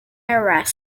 arrest